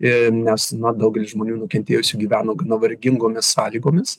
ir nes na daugelis žmonių nukentėjusių gyveno gana vargingomis sąlygomis